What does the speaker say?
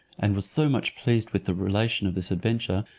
and was so much pleased with the relation of this adventure,